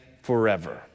forever